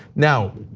now,